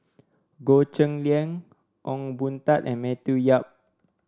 Goh Cheng Liang Ong Boon Tat and Matthew Yap